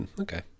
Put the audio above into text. Okay